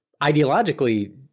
ideologically